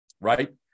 right